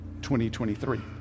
2023